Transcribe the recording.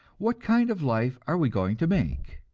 what kind of life are we going to make?